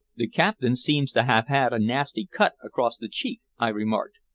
the captain seems to have had a nasty cut across the cheek, i remarked,